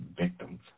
victims